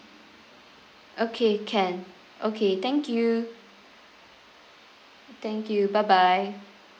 okay can okay thank you thank you bye bye